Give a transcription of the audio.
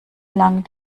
lang